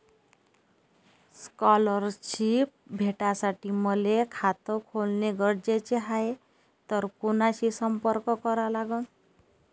Scholarship भेटासाठी मले खात खोलने गरजेचे हाय तर कुणाशी संपर्क करा लागन?